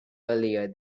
earlier